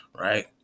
right